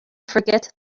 forget